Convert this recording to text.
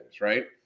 right